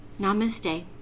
namaste